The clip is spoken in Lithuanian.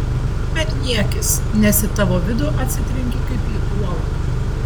bet niekis nes į tavo vidų atsitrenki kaip į uolą